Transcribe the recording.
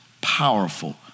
powerful